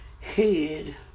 head